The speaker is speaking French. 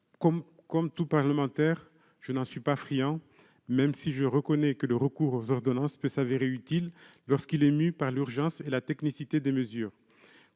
Comme tout parlementaire, je n'en suis pas friand, même si je reconnais que le recours aux ordonnances peut s'avérer utile lorsqu'il est mû par l'urgence et la technicité des mesures.